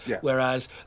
Whereas